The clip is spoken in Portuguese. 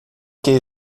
que